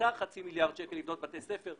יחסר חצי מיליארד שקל על מנת לבנות בתי ספר,